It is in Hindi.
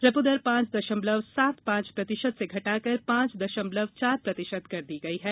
रेपो दर पांच दशमलव सात पांच प्रतिशत से घटाकर पांच दशमलव चार प्रतिशत कर दी गई है